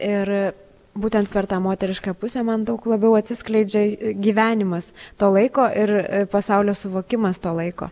ir būtent per tą moterišką pusę man daug labiau atsiskleidžia gyvenimas to laiko ir pasaulio suvokimas to laiko